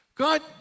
God